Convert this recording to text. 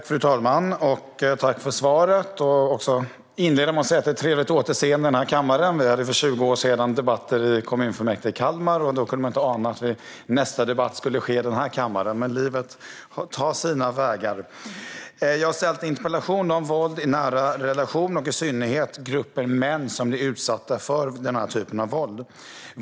Fru talman! Tack, Lena Hallengren, för svaret! Jag vill inleda med att säga att det är ett trevligt återseende här i kammaren. Vi hade för 20 år sedan debatter i kommunfullmäktige i Kalmar, och då kunde man inte ana att nästa debatt skulle ske i den här kammaren. Men livet tar sina vägar. Jag har ställt en interpellation om våld i nära relationer, i synnerhet gällande män som blir utsatta för denna typ av våld.